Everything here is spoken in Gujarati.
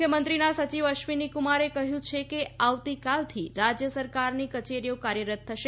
મુખ્યમંત્રીના સચિવ અશ્વિની કુમારે કહ્યું છે કે આવતીકાલથી રાજય સરકારની કચેરીઓ કાર્યરત થશે